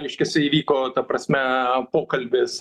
reiškiasi įvyko ta prasme pokalbis